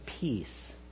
peace